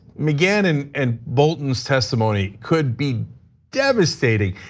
mcgahn and and bolton's testimony could be devastating.